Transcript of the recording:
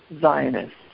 Zionists